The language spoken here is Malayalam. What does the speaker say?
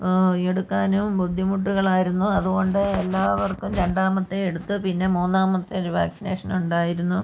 എടുക്കാനും ബുദ്ധിമുട്ടുകളായിരുന്നു അതുകൊണ്ട് എല്ലാവർക്കും രണ്ടാമത്തേത് എടുത്ത് പിന്നെ മൂന്നാമത്തെ ഒരു വാക്സിനേഷൻ ഉണ്ടായിരുന്നു